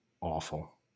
awful